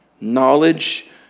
Knowledge